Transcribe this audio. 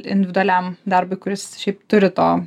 individualiam darbui kuris šiaip turi to